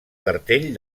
cartell